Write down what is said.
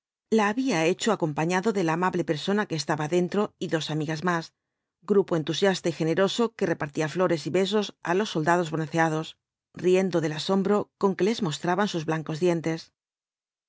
la había hecho acompañado de la amable persona que estaba dentro y dos amigas más grupo entusiasta y generoso que repartía flores y besos á los soldados bronceados riendo del asombro con que les mostraban sus blancos dientes